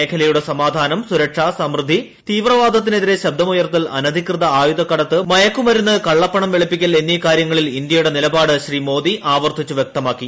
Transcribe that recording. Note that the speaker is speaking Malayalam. മേഖലയുടെ സമാധാനം സുരക്ഷ സമൃദ്ധി തീവ്രവാദത്തിനെതിരെ ശബ്ദമുയർത്തൽ അനധികൃത ആയുധകടത്ത് മയക്കുമരുന്ന് കള്ളപ്പണം വെളുപ്പിക്കൽ എന്നീ കാര്യങ്ങളിൽ ഇന്ത്യയുടെ നിലപാട് ശ്രീ മോദി ആവർത്തിച്ചു വ്യക്തമാക്കി